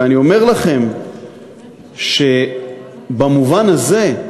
ואני אומר לכם שבמובן הזה,